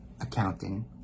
accounting